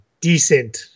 decent